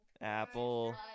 Apple